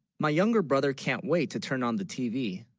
my younger brother can't wait to turn on the tv